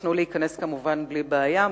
נתנו להיכנס כמובן בלי בעיה,